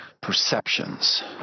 perceptions